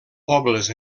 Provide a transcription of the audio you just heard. pobles